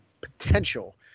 potential